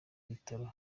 bitaro